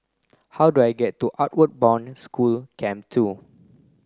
how do I get to Outward Bound School Camp two